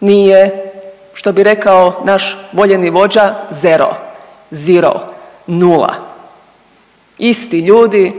Nije, što bi rekao naš voljeni vođa zero, ziro, nula, isti ljudi,